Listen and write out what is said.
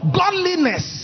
godliness